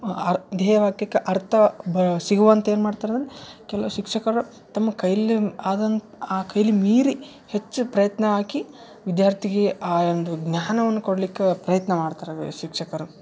ಅರ್ ಧ್ಯೇಯ ವಾಕ್ಯಕ ಅರ್ಥ ಬ ಸಿಗುವಂಥ ಏನು ಮಾಡ್ತಾರಂದ್ರೆ ಕೆಲವು ಶಿಕ್ಷಕರು ತಮ್ಮ ಕೈಲು ಆದಂಥ ಆ ಕೈಲಿ ಮೀರಿ ಹೆಚ್ಚು ಪ್ರಯತ್ನ ಹಾಕಿ ವಿದ್ಯಾರ್ಥಿಗೆ ಆ ಒಂದು ಜ್ಞಾನವನ್ನು ಕೊಡ್ಲಿಕ್ಕೆ ಪ್ರಯತ್ನ ಮಾಡ್ತಾರೆ ವೇ ಶಿಕ್ಷಕರು